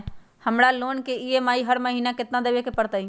हमरा लोन के ई.एम.आई हर महिना केतना देबे के परतई?